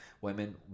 women